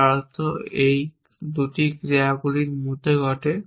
যার অর্থ এই 2টি ক্রিয়াগুলির মধ্যে ঘটে